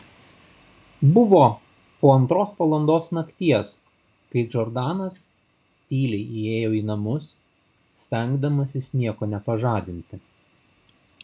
buvo po antros valandos nakties kai džordanas tyliai įėjo į namus stengdamasis nieko nepažadinti